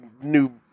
new